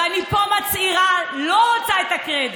ואני מצהירה פה, לא רוצה את הקרדיט.